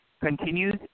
continues